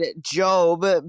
Job